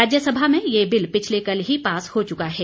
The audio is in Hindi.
राज्यसभा में ये बिल पिछले कल ही पास हो चुका है